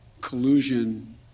collusion